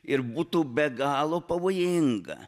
ir būtų be galo pavojinga